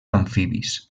amfibis